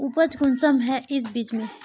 उपज कुंसम है इस बीज में?